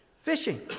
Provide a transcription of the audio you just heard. fishing